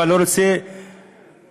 אבל לא רוצה להשתכנע,